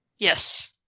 Yes